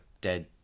dead